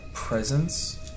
Presence